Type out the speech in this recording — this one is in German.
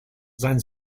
sein